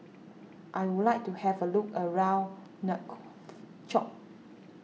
I would like to have a look around Nouakchott